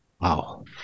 Wow